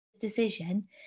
decision